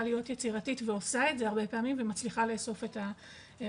להיות יצירתית ועושה את זה הרבה פעמים ומצליחה לאסוף את הראיות,